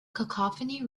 cacophony